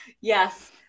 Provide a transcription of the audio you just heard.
Yes